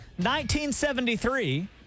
1973